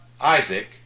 Isaac